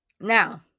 Now